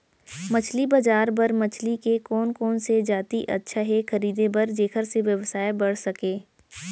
मछली बजार बर मछली के कोन कोन से जाति अच्छा हे खरीदे बर जेकर से व्यवसाय बढ़ सके?